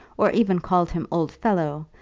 or even called him old fellow,